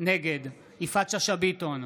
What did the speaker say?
נגד יפעת שאשא ביטון,